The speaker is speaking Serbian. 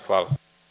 Hvala.